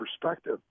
perspective